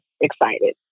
excited